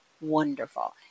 wonderful